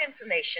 information